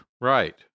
Right